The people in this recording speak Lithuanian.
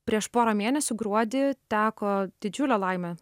prieš porą mėnesių gruodį teko didžiulė laimė